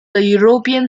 european